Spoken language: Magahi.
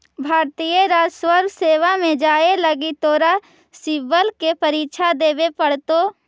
भारतीय राजस्व सेवा में जाए लगी तोरा सिवल के परीक्षा देवे पड़तो